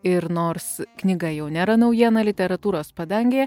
ir nors knyga jau nėra naujiena literatūros padangėje